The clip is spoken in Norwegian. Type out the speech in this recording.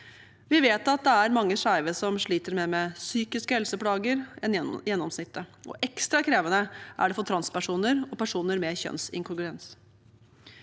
Vi vet at det er mange skeive som sliter mer med psykiske helseplager enn gjennomsnittet. Ekstra krevende er det for transpersoner og personer med kjønnsinkongruens.